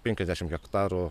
penkiasdešim hektarų